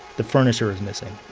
the furniture is missing.